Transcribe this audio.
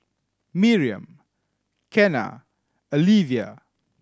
Miriam Kenna Alyvia